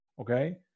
okay